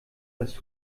dass